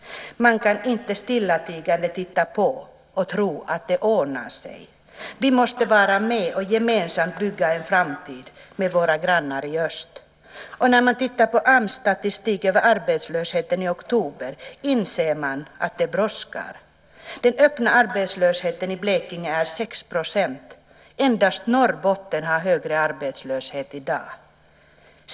Man kan inte stillatigande titta på och tro att det ordnar sig. Vi måste vara med och gemensamt bygga en framtid med våra grannar i öst. När man tittar på AMS statistik över arbetslösheten i oktober inser man att det brådskar. Den öppna arbetslösheten i Blekinge är 6 %. Endast Norrbotten har högre arbetslöshet i dag.